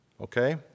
Okay